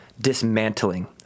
dismantling